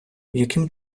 яким